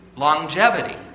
Longevity